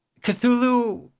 Cthulhu